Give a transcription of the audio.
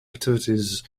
activities